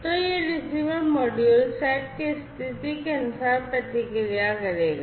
तो यह receiver module set की स्थिति के अनुसार प्रतिक्रिया करेगा